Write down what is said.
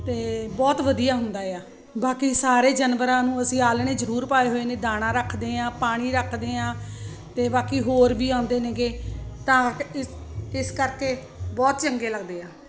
ਅਤੇ ਬਹੁਤ ਵਧੀਆ ਹੁੰਦਾ ਆ ਬਾਕੀ ਸਾਰੇ ਜਾਨਵਰਾਂ ਨੂੰ ਅਸੀਂ ਆਲ੍ਹਣੇ ਜ਼ਰੂਰ ਪਾਏ ਹੋਏ ਨੇ ਦਾਣਾ ਰੱਖਦੇ ਹਾਂ ਪਾਣੀ ਰੱਖਦੇ ਹਾਂ ਅਤੇ ਬਾਕੀ ਹੋਰ ਵੀ ਆਉਂਦੇ ਨੇਗੇ ਤਾਂ ਕਰਕੇ ਇਸ ਕਰਕੇ ਬਹੁਤ ਚੰਗੇ ਲੱਗਦੇ ਆ